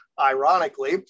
ironically